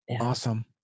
Awesome